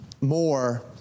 more